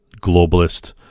globalist